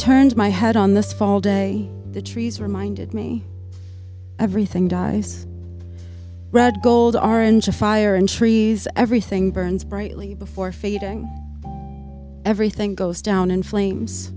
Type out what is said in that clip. turned my head on this fall day the trees reminded me everything dies red gold orange of fire and trees everything burns brightly before fading everything goes down in flames